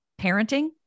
parenting